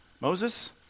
Moses